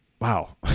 Wow